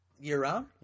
Year-round